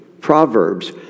Proverbs